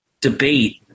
debate